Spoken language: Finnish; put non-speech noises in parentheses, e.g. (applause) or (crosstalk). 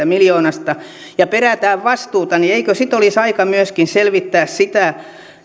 (unintelligible) miljoonasta ja perätään vastuuta niin eikö sitten olisi aika myöskin selvittää sitä